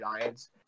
Giants